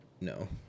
No